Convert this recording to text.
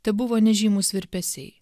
tebuvo nežymūs virpesiai